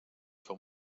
fou